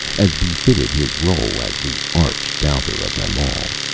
as befitted his role as the arch-doubter of them all.